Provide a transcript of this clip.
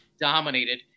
dominated